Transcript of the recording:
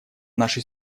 нашей